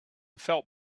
felt